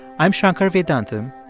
i'm shankar vedantam,